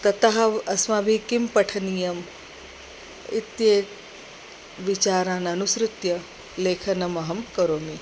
ततः अस्माभिः किं पठनीयम् इत्येतान् विचारान् अनुसृत्य लेखनमहं करोमि